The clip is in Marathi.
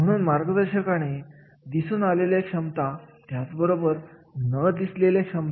म्हणून मार्गदर्शकाने दिसून आलेल्या क्षमता त्याचबरोबर न दिसलेल्या क्षमता